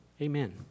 amen